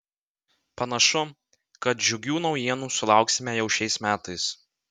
panašu kad džiugių naujienų sulauksime jau šiais metais